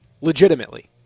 Legitimately